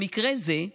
במקרה זה,